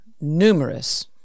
numerous